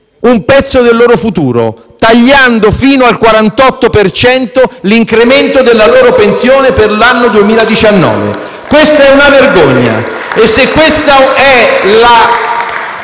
un pezzo del loro futuro, tagliando fino al 48 per cento l'incremento della loro pensione per l'anno 2019. Questa è una vergogna. *(Applausi dai